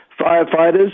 firefighters